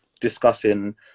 discussing